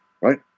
right